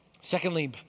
Secondly